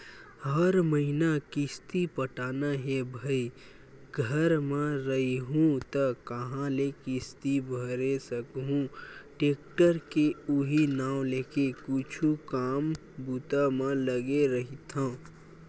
हर महिना किस्ती पटाना हे भई घर म रइहूँ त काँहा ले किस्ती भरे सकहूं टेक्टर के उहीं नांव लेके कुछु काम बूता म लगे रहिथव